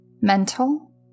Mental